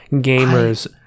gamer's